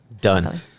done